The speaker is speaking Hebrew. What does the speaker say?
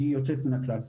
היא יוצאת מהכלל.